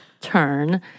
turn